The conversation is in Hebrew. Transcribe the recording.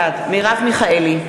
בעד מרב מיכאלי,